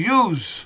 use